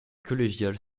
collégiale